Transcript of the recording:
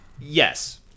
Yes